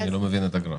או שאני לא מבין את הגרף?